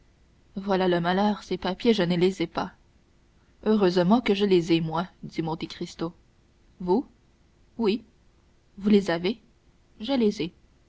voilà le malheur ces papiers je ne les ai pas heureusement que je les ai moi dit monte cristo vous oui vous les avez je les ai